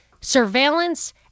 surveillance